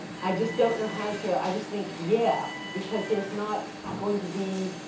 i just don't know how to, i just think, yeah. because there's not going to be